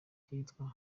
kitwa